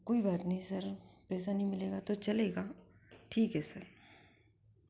कोई बात नहीं सर पैसा नहीं मिलेगा तो चलेगा ठीक है सर